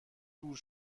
دور